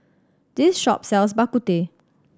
this shop sells Bak Kut Teh